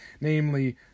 namely